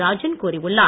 ராஜன் கூறியுள்ளார்